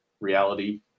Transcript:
reality